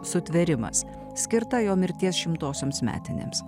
sutvėrimas skirtą jo mirties šimtosioms metinėms